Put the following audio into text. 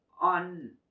on